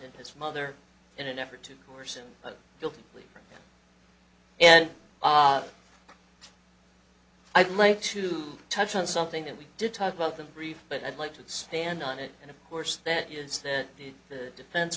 and his mother in an effort to coerce him guilty plea and i'd like to touch on something that we did talk about the brief but i'd like to stand on it and of course that is that the defense